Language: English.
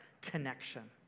connection